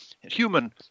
human